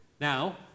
Now